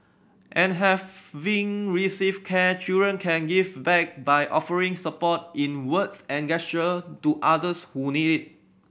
and having received care children can give back by offering support in words and gesture to others who need